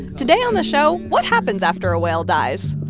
today on the show, what happens after a whale dies?